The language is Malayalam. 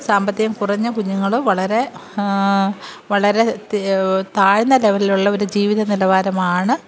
സാമ്പത്തികം കുറഞ്ഞ കുഞ്ഞുങ്ങൾ വളരെ വളരെ താഴ്ന്ന ലെവലിലുള്ള ഒരു ജീവിത നിലവാരമാണ്